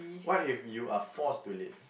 what if you are forced to leave